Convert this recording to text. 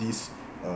these um